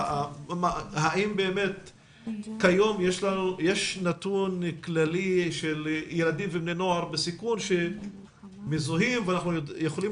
האם יש נתון כללי של ילדים ובני נוער בסיכון שמזוהים ואנחנו יכולים